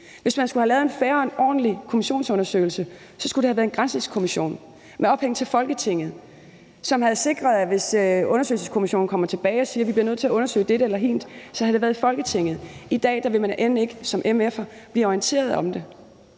Hvis man skulle have lavet en fair og en ordentlig kommissionsundersøgelse, skulle det have været en granskningskommission med ophæng til Folketinget, som havde sikret, at hvis undersøgelseskommissionen kommer tilbage og siger, at de bliver nødt til at undersøge dette eller hint, så havde det været i Folketinget. I dag vil man end ikke som mf'er blive orienteret om det.